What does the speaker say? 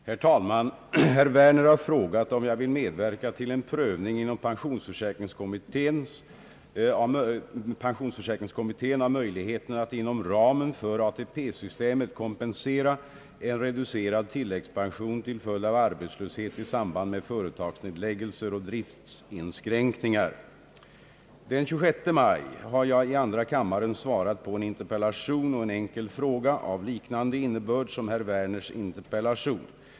Herr talman! Herr Werner har frågat, om jag vill medverka till en prövning inom pensionsförsäkringskommittén av möjligheterna att inom ramen för ATP-systemet kompensera en reducerad tilläggspension till följd av arbetslöshet i samband med företagsnedläggelser och driftsinskränkningar. Den 26 maj har jag i andra kammaren svarat på en interpellation och en enkel fråga av liknande innebörd som herr Werners interpellation.